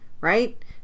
Right